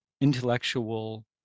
intellectual